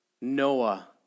Noah